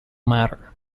matter